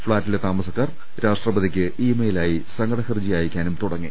ഫ്ളാറ്റിലെ താമസക്കാർ രാഷ്ട്രപ തിക്ക് ഇ മെയിലായി സങ്കട ഹർജി അയക്കാനും തുടങ്ങി